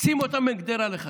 שים אותם בין גדרה לחדרה,